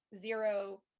zero